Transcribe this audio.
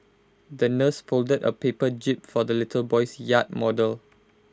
the nurse folded A paper jib for the little boy's yacht model